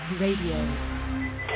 Radio